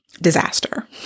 disaster